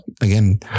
again